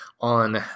on